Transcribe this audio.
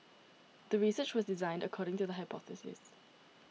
the research was designed according to the hypothesis